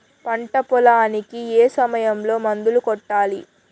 పంట పొలానికి ఏ సమయంలో మందులు కొట్టాలి?